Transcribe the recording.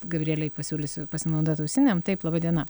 gabrielei pasiūlysiu pasinaudot ausinėm taip laba diena